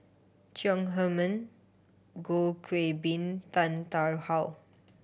Chong Heman Goh Qiu Bin Tan Tarn How